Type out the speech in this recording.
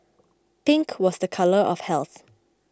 pink was the colour of health